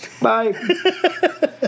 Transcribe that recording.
Bye